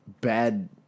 bad